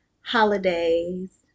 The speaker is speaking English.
holidays